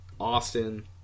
Austin